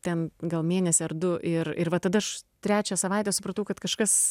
ten gal mėnesį ar du ir ir va tada aš trečią savaitę supratau kad kažkas